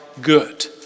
good